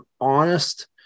honest